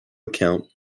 account